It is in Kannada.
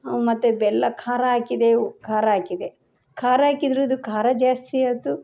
ಮತ್ತೆ ಬೆಲ್ಲ ಖಾರ ಹಾಕಿದೆವು ಖಾರ ಹಾಕಿದೆ ಖಾರ ಹಾಕಿದ್ರು ಇದು ಖಾರ ಜಾಸ್ತಿ ಆಯ್ತು